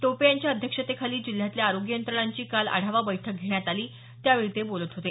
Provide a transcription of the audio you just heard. टोपे यांच्या अध्यक्षतेखाली जिल्ह्यातल्या आरोग्य यंत्रणाची काल आढावा बैठक घेण्यात आली त्यावेळी ते बोलत होते